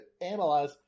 analyze